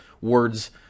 words